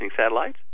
satellites